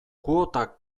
kuotak